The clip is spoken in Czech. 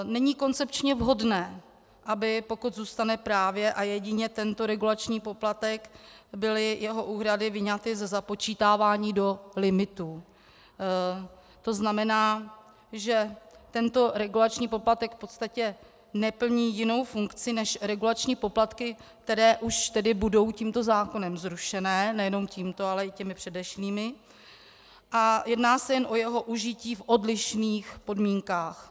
Není koncepčně vhodné, aby pokud zůstane právě a jedině tento regulační poplatek, byly jeho úhrady vyňaty ze započítávání do limitů, tzn. že tento regulační poplatek v podstatě neplní jinou funkci než regulační poplatky, které už budou tímto zákonem zrušené, nejenom tímto, ale i předešlými, a jedná se jen o jeho užití v odlišných podmínkách.